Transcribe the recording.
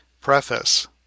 PREFACE